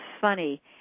funny